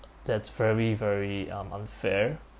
that's very very um unfair